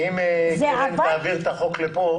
אם החוק יעבור לכאן,